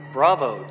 Bravo